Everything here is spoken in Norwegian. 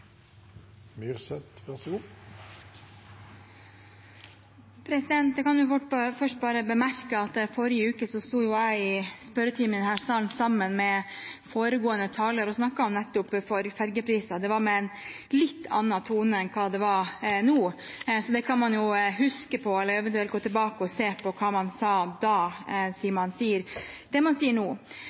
var nå. Så det kan man jo huske på, eller gå tilbake og se på hva man sa da, siden man sier det man sier nå.